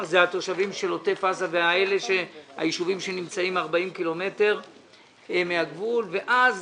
אלה התושבים על עוטף עזה והישובים שנמצאים 40 קילומטרים מהגבול אז